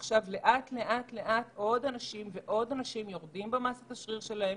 עכשיו לאט לאט עוד ועוד אנשים יורדים במסת השריר שלהם,